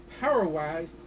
Powerwise